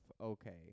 okay